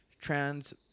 trans